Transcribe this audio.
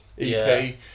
EP